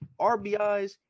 RBIs